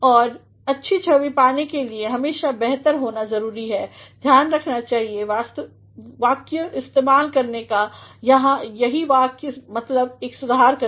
और अच्छी छवि पाने के लिए हमेशा बेहतर होता है ध्यान रखनासही वाक्य इस्तेमाल करने का यही मेरा मतलब है सुधारसे